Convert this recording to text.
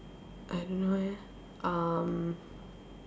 I don't know eh um